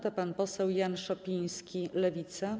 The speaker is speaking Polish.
To pan poseł Jan Szopiński, Lewica.